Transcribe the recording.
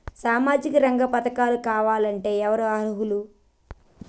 సామాజిక రంగ పథకాలు కావాలంటే ఎవరు అర్హులు?